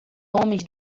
homens